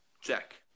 Check